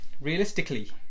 Realistically